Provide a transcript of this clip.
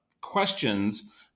questions